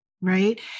right